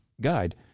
guide